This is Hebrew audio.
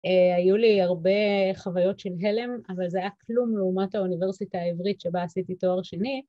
‫אה... היו לי הרבה חוויות של הלם, ‫אבל זה היה כלום לעומת ‫האוניברסיטה העברית, שבה עשיתי תואר שני...